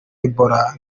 ebola